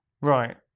Right